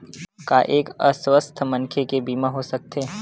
का एक अस्वस्थ मनखे के बीमा हो सकथे?